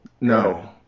No